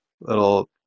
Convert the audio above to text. little